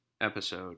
episode